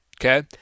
Okay